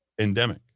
Endemic